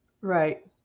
right